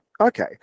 Okay